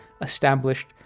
established